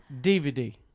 DVD